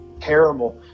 terrible